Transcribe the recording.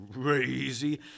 crazy